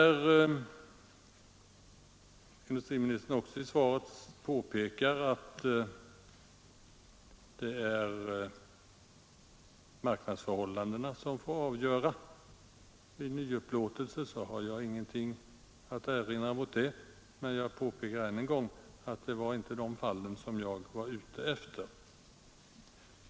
När industriministern också i svaret påpekar att det är marknadsförhållandena som får avgöra vid nyupplåtelse så har jag ingenting att erinra mot det. Men jag påpekar än en gång att det inte var de fallen som jag var ute efter.